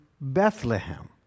Bethlehem